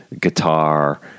guitar